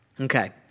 Okay